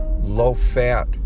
low-fat